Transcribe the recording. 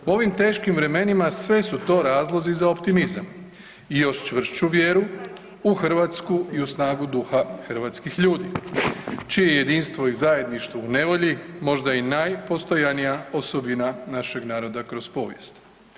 U ovim teškim vremenima sve su to razlozi za optimizam i još čvršću vjeru u Hrvatsku i u snagu duha hrvatskih ljudi čije jedinstvo i zajedništvo u nevolji možda i najpostojanija osobina našeg naroda kroz povijest.